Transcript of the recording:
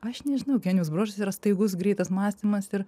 aš nežinau genijaus bruožas yra staigus greitas mąstymas ir